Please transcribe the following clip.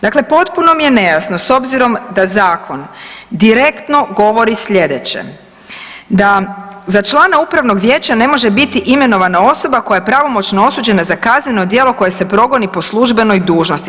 Dakle, potpuno mi je nejasno s obzirom da zakon direktno govori slijedeće, da za člana upravnog vijeća ne može biti imenovana osoba koja je pravomoćno osuđena za kazneno djelo koje se progoni po službenoj dužnosti.